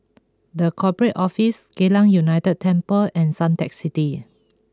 the Corporate Office Geylang United Temple and Suntec City